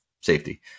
safety